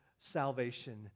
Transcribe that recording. salvation